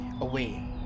away